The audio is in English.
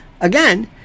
again